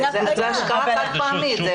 זו השקעה חד פעמית.